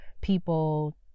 people